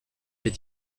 est